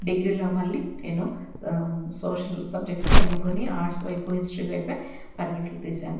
డిగ్రీలో మళ్ళీ నేను సోషల్ సబ్జెక్ట్సే ఎన్నుకొని ఆర్ట్స్ వైపు హిస్టరీ వైపే పర్గెట్లు తీసాను